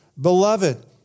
beloved